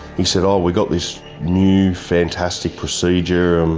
he said oh we got this new fantastic procedure. um